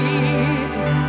Jesus